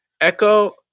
Echo